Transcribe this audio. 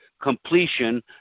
completion